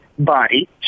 body